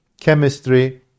chemistry